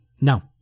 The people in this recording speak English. No